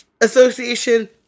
Association